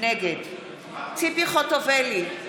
נגד ציפי חוטובלי,